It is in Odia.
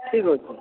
ଠିକ୍ ଅଛି